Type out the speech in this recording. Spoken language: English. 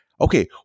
Okay